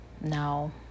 Now